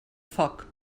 foc